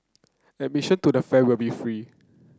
admission to the fair will be free